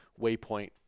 Waypoint